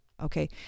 okay